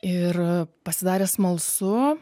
ir pasidarė smalsu